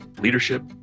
leadership